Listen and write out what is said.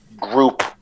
group